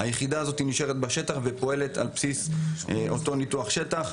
היחידה נשארת בשטח ופועלת על בסיס ניתוח השטח.